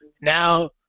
Now